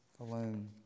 alone